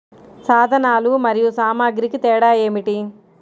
సాధనాలు మరియు సామాగ్రికి తేడా ఏమిటి?